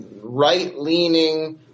right-leaning